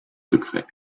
secrets